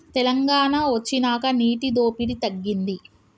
తెలంగాణ వొచ్చినాక నీటి దోపిడి తగ్గింది